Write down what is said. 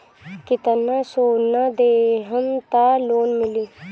कितना सोना देहम त लोन मिली?